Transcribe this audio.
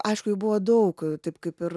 aišku jų buvo daug taip kaip ir